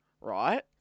right